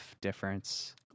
Difference